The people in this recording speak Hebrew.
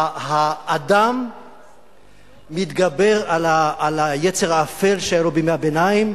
כשהאדם מתגבר על היצר האפל שהיה לו בימי הביניים,